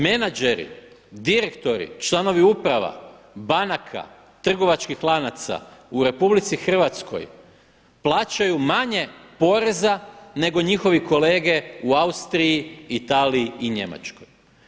Menadžeri, direktori, članovi uprava, banaka, trgovačkih lanaca u RH plaćaju manje poreza nego njihovi kolege u Austriji, Italiji i Njemačkoj.